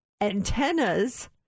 antennas